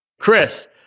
Chris